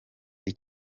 iyi